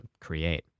create